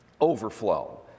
Overflow